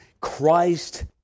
Christ